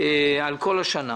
על כל השנה.